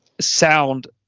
sound